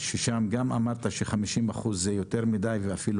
ששם גם אמרת ש-50% זה יותר מדי ואפילו